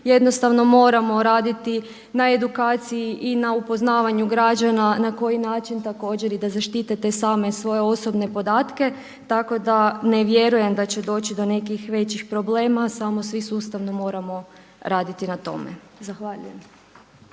jednostavno moramo raditi na edukciji i na upoznavanju građana na koji način također da zaštite te same svoje osobne podatke, tako da ne vjerujem da će doći do nekih većih problema, samo svi sustavno moramo raditi na tome. Zahvaljujem.